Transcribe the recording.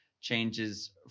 changes